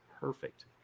perfect